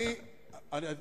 זה נכון.